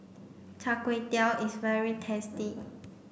Char Kway Teow is very tasty